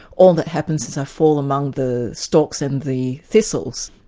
all that happens is i fall among the stalks and the thistles.